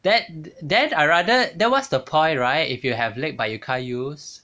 then then I rather then what's the point right if you have leg but you can't use